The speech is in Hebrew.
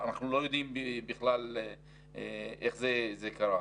אנחנו לא יודעים בכלל איך זה קרה.